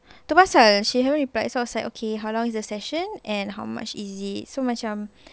itu pasal she haven't reply so I said okay how long is the session and how much is it so macam